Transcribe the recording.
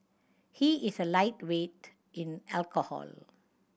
he is a lightweight in alcohol